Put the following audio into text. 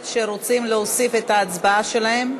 הכנסת שרוצים להוסיף את ההצבעה שלהם?